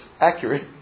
accurate